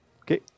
Okay